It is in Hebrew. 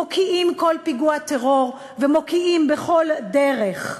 אנו מוקיעים כל פיגוע טרור, ומוקיעים בכל דרך,